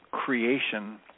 Creation